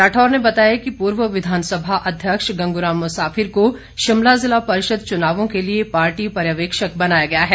राठौर ने बताया कि पूर्व विधानसभा अध्यक्ष गंगूराम मुसाफिर को शिमला जिला परिषद चुनावों के लिए पार्टी पर्यवेक्षक बनाया गया है